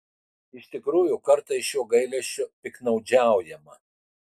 iš tikrųjų kartais šiuo gailesčiu piktnaudžiaujama